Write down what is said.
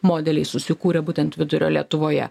modeliai susikūrė būtent vidurio lietuvoje